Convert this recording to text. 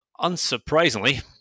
Unsurprisingly